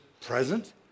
present